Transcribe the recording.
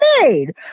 made